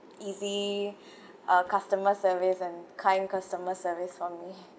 easy uh customer service and kind customer service for me